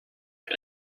and